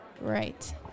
Right